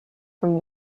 from